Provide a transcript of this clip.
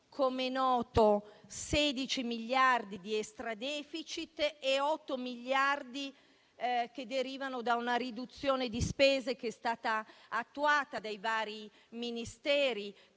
come noto - 16 miliardi di extra-*deficit* e 8 miliardi che derivano da una riduzione di spese che è stata attuata dai vari Ministeri,